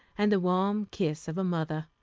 and the warm kiss of a mother.